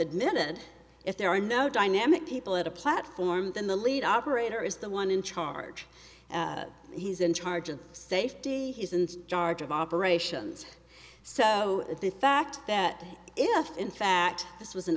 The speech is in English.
minute if there are no dynamic people at a platform then the lead operator is the one in charge he's in charge of safety isn't charge of operations so the fact that if in fact this was an